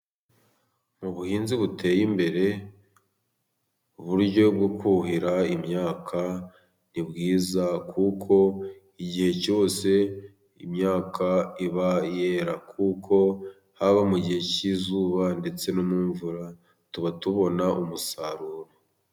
Mu buhinzi buteye imbere, uburyo bwo kuhira imyaka ni bwiza kuko igihe cyose imyaka iba yera, kuko haba mu gihe cy'izuba ndetse no mu mvura tuba tubona umusaruro.